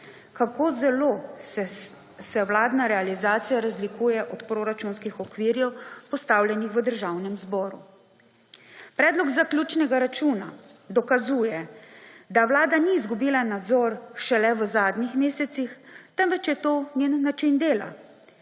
kako zelo se vladna realizacija razlikuje od proračunskih okvirov, postavljenih v Državnem zboru. Predlog zaključnega računa dokazuje, da Vlada ni izgubila nadzora šele v zadnjih mesecih, temveč je to njen način dela,